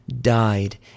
died